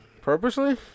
Purposely